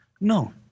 No